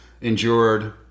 endured